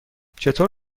چطور